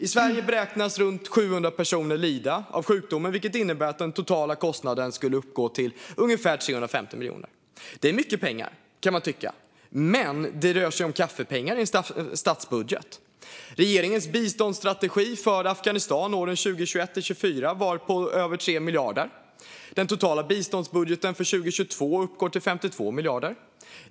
I Sverige beräknas runt 700 personer lida av sjukdomen, vilket innebär att den totala kostnaden skulle uppgå till ungefär 350 miljoner. Det är mycket pengar, kan man tycka, men det rör sig om kaffepengar i en statsbudget. Regeringens biståndsstrategi för Afghanistan 2021-2024 var på över 3 miljarder. Den totala biståndsbudgeten för 2022 uppgår till 52 miljarder.